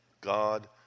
God